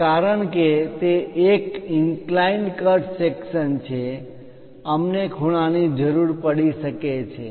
હવે કારણ કે તે એક ઇન્ક્લાઈન્ડ કટ સેકશન છે અમને ખુણા ની જરૂર પડી શકે છે